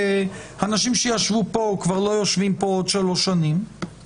ואנשים שישבו פה כבר לא יושבים פה בעוד שלוש שנים,